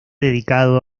dedicado